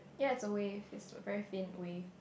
yea the wave is a very fin wave